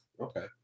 Okay